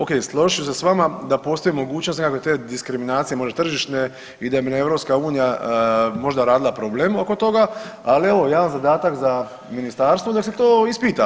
Ok, složit ću se s vama da postoji mogućnost nekakve te diskriminacije možda tržišne i da bi nam EU možda radila problem oko toga, ali evo jedan zadatak za ministarstvo nek se to ispita.